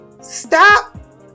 Stop